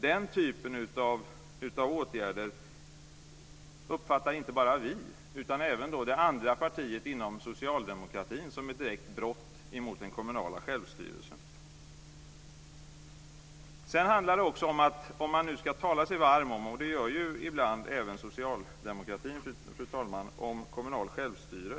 Den typen av åtgärder uppfattar inte bara vi utan även det andra partiet inom socialdemokratin som ett direkt brott mot den kommunala självstyrelsen. Fru talman! Även socialdemokraterna talar sig ibland varma för kommunalt självstyre.